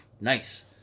nice